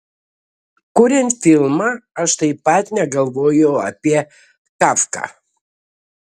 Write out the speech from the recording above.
kuriant filmą aš taip pat negalvojau apie kafką